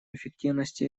эффективности